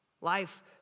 Life